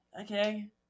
okay